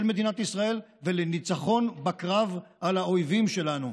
מדינת ישראל ולניצחון בקרב על האויבים שלנו.